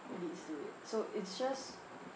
leads to it so it's just